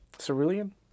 Cerulean